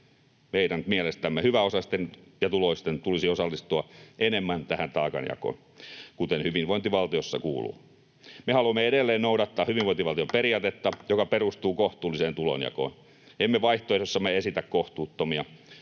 Meidän mielestämme hyväosaisten ja ‑tuloisten tulisi osallistua enemmän tähän taakanjakoon, kuten hyvinvointivaltiossa kuuluu. Me haluamme edelleen noudattaa hyvinvointivaltion periaatetta, joka perustuu kohtuulliseen tulonjakoon. Emme vaihtoehdossamme esitä kohtuuttomia.